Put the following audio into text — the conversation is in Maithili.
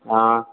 हाँ